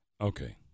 Okay